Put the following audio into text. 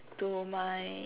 to my